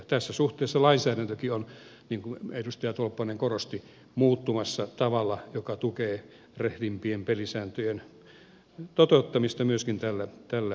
tässä suhteessa lainsäädäntökin on niin kuin edustaja tolppanen korosti muuttumassa tavalla joka tukee rehdimpien pelisääntöjen toteuttamista myöskin tällä työmaalla